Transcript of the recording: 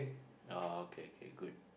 okay okay okay good